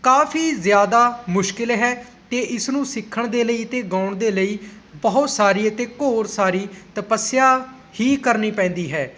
ਕਾਫੀ ਜ਼ਿਆਦਾ ਮੁਸ਼ਕਿਲ ਹੈ ਅਤੇ ਇਸ ਨੂੰ ਸਿੱਖਣ ਦੇ ਲਈ ਅਤੇ ਗਾਉਣ ਦੇ ਲਈ ਬਹੁਤ ਸਾਰੀ ਅਤੇ ਘੋਰ ਸਾਰੀ ਤਪੱਸਿਆ ਹੀ ਕਰਨੀ ਪੈਂਦੀ ਹੈ